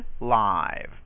live